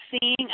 seeing